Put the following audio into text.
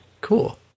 cool